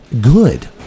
good